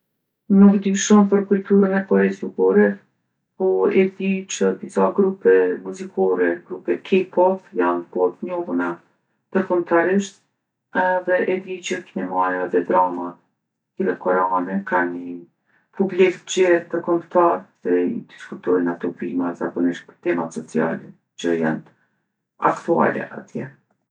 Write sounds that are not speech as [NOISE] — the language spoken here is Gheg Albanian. Nuk di shumë për kulturën e Koresë Jugore, po e di që disa grupe muzikore grupe kej pop janë bo t'njohuna ndërkombtarisht edhe e di që kinemaja edhe drama [UNINTELLIGIBLE] koreane kanë ni publik t'gjerë ndërkombtarë se i diskutojnë ato filmat, zakonisht temat sociale që janë aktuale atje.